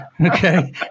okay